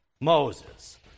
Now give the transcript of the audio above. Moses